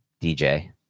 DJ